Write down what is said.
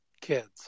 kids